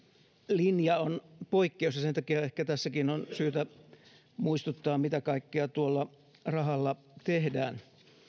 linja on poikkeus ja sen takia ehkä tässäkin on syytä muistuttaa mitä kaikkea tuolla rahalla tehdään